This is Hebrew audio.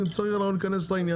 אם צריך נכנס לעניין.